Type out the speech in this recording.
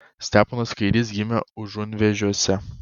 steponas kairys gimė užunvėžiuose